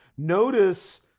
Notice